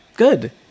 good